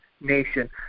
nation